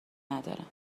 ندارن